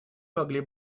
могли